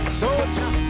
soldier